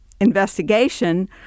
investigation